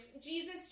Jesus